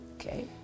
Okay